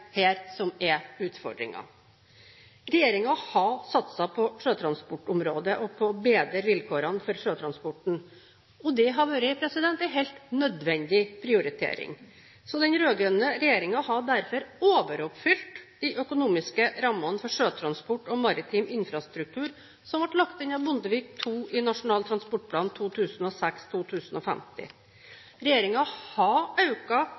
som er utfordringen. Regjeringen har satset på sjøtransportområdet og på å bedre vilkårene for sjøtransporten, og det har vært en helt nødvendig prioritering. Den rød-grønne regjeringen har derfor overoppfylt de økonomiske rammene for sjøtransport og maritim infrastruktur som ble lagt inn av Bondevik II i Nasjonal transportplan for 2006–2015. Regjeringen har